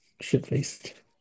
shit-faced